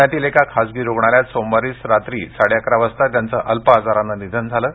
पुण्यातील एका खासगी रुग्णालयात सोमवारी रात्री साडे अकरा वाजता त्यांचं अल्प आजारानं निधन झालम